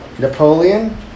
Napoleon